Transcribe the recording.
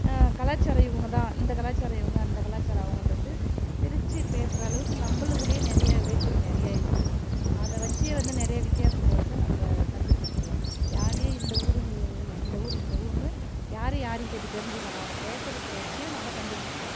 கலாச்சாரம் இவங்கதான் இந்த கலாச்சாரம் இவங்க அந்த கலாச்சாரம் அவங்கன்றது பிரித்து பேசுகிற அளவுக்கு நம்மளுக்கூடையே நிறைய வேற்றுமை நிறைய இருக்குது அதை வச்சுயே வந்து நிறைய வித்தியாசத்தை வந்து நம்ம கண்டுபிடிச்சிக்கலாம் யாரையும் இந்த ஊர் நீ இந்த ஊர் இந்த ஊர்னு யாரையும் யாரும் கேட்டு தெரிஞ்சுக்க வேணாம் அவங்க பேசுகிறத வச்சுயே நம்ம கண்டுபிடிச்சிக்கலாம்